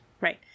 right